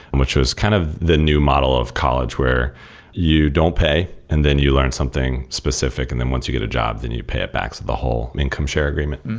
which was kind of the new model of college where you don't pay and then you learn something specific. and then once you get a job, then you pay it back. so the whole income share agreement.